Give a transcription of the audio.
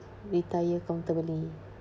retire comfortably